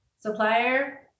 supplier